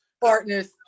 partners